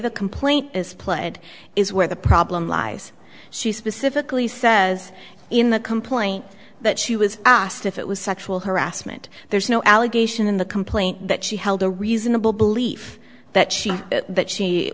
the complaint is played is where the problem lies she specifically says in the complaint that she was asked if it was sexual harassment there's no allegation in the complaint that she held a reasonable belief that she that she